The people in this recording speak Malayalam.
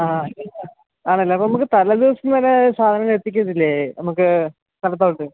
ആ ആണല്ലേ അപ്പോൾ നമുക്ക് തലേദിവസം തന്നെ സാധനങ്ങൾ എത്തിക്കത്തില്ലേ നമുക്ക് സ്ഥലത്തോട്ട്